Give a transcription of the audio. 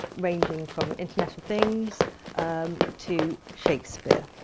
ranging from internet of things to shakespeare.